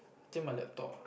still my laptop